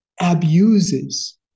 abuses